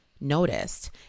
noticed